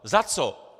Za co?